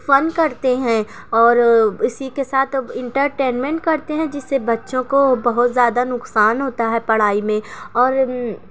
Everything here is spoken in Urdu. فن کرتے ہیں اور اسی کے ساتھ انٹرٹینمنٹ کرتے ہیں جس سے بچوں کو بہت زیادہ نقصان ہوتا ہے پڑھائی میں اور